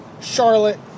Charlotte